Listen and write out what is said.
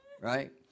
Right